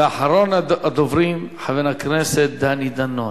ואחרון הדוברים, חבר הכנסת דני דנון.